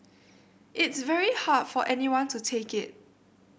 it's very hard for anyone to take it